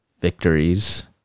victories